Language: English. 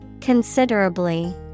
Considerably